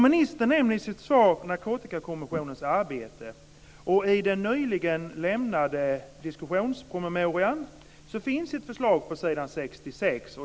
Ministern nämner i sitt svar Narkotikakommissionens arbete. I den nyligen lämnade diskussionspromemorian finns ett förslag på s. 66.